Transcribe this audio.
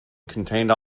contained